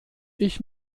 ich